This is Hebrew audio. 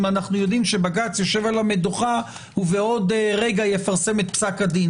יודעים שבג”ץ יושב על המדוכה ובעוד רגע יפרסם את פסק הדין.